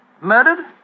Murdered